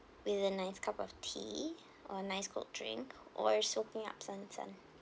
with a nice cup of tea or a nice cold drink or absorbing up sun sun